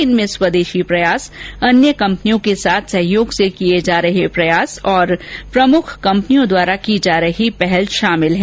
इनमें स्वदेशी प्रयास अन्य कंपनियों के साथ सहयोग से किया जा रहे प्रयास और प्रमुख कंपनियों द्वारा की जा रही पहल शामिल है